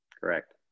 Correct